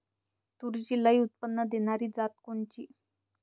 तूरीची लई उत्पन्न देणारी जात कोनची?